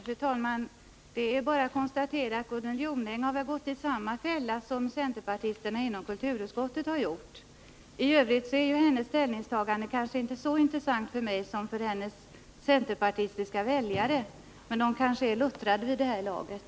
Fru talman! Det är bara att konstatera att Gunnel Jonäng gått i samma fälla som centerpartisterna i kulturutskottet. I övrigt är hennes ställningstagande kanske inte så intressant för mig som för hennes centerpartistiska väljare. Men de kanske är luttrade vid det här laget.